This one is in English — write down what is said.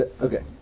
okay